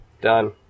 done